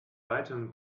weitem